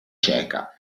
ceca